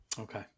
Okay